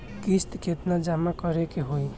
किस्त केतना जमा करे के होई?